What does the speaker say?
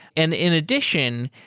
and in addition,